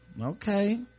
Okay